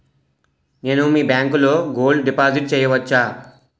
నేను మీ బ్యాంకులో గోల్డ్ డిపాజిట్ చేయవచ్చా?